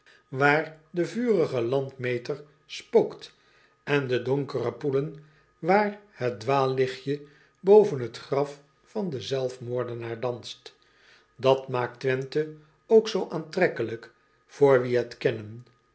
waar de vurige landmeter spookt en de donkere poelen waar het dwaallichtje boven het graf van den zelfmoordenaar danst at maakt wenthe ook zoo aantrekkelijk voor wie het kennen